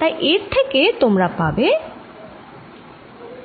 তাই এর থেকে তোমরা পাবে